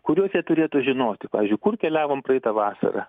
kuriuos jie turėtų žinoti pavyzdžiui kur keliavom praeitą vasarą